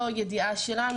לא ידיעה שלנו,